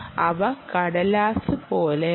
അവ കടലാസ് പോലെയാണ്